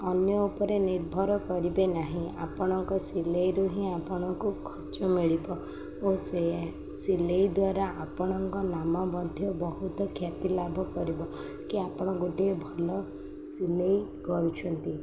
ଅନ୍ୟ ଉପରେ ନିର୍ଭର କରିବେ ନାହିଁ ଆପଣଙ୍କ ସିଲେଇରୁ ହିଁ ଆପଣଙ୍କୁ ଖର୍ଚ୍ଚ ମିଳିବ ଓ ସେ ସିଲେଇ ଦ୍ୱାରା ଆପଣଙ୍କ ନାମ ମଧ୍ୟ ବହୁତ ଖ୍ୟାତି ଲାଭ କରିବ କି ଆପଣ ଗୋଟିଏ ଭଲ ସିଲେଇ କରୁଛନ୍ତି